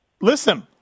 Listen